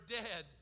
dead